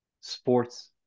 sports